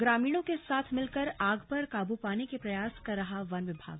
ग्रामीणों के साथ मिलकर आग पर काबू पाने के प्रयास कर रहा वन विभाग